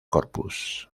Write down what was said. corpus